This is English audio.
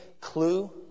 Clue